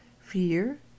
fear